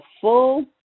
full